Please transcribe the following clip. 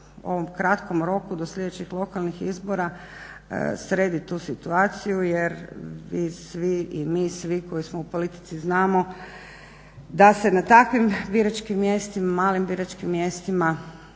u ovom kratkom roku do sljedećih lokalnih izbora sredi tu situaciju jer i svi i mi svi koji smo u politici znamo da se na takvim malim biračkim mjestima